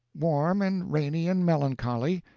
warm and rainy and melancholy.